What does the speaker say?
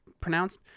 pronounced